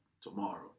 tomorrow